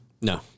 No